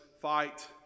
fight